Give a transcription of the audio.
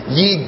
ye